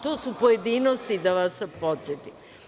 To su pojedinosti, da vas podsetim.